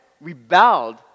rebelled